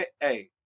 Hey